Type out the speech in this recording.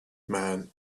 man